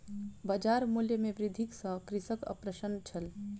बजार मूल्य में वृद्धि सॅ कृषक अप्रसन्न छल